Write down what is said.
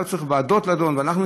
צריך ועדות לדון בהן.